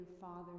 father